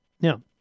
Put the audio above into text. Now